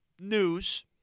news